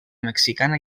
mexicana